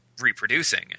reproducing